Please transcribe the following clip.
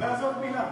מילה זו מילה.